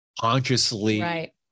consciously